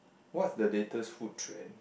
what's the latest food trend